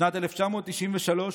בשנת 1993,